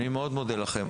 אני מאוד מודה לכם.